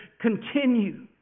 continue